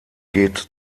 geht